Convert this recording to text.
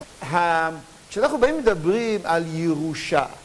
אהה...כשאנחנו באים מדברים על ירושה